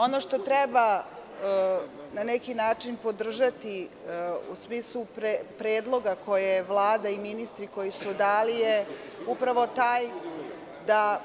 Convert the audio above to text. Ono što treba na neki način podržati u smislu predloga koje je Vlada i ministri koji su dali je upravo taj da